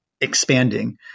expanding